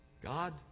God